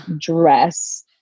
dress